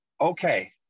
okay